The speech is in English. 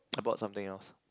I bought something else